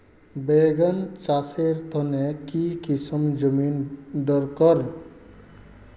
बैगन चासेर तने की किसम जमीन डरकर?